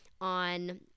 on